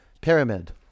pyramid